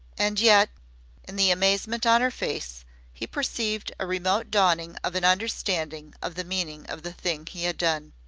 and yet in the amazement on her face he perceived a remote dawning of an understanding of the meaning of the thing he had done.